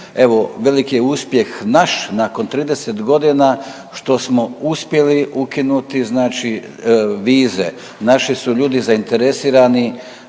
evo velik je uspjeh naš nakon 30.g. što smo uspjeli ukinuti znači vize. Naši su ljudi zainteresirani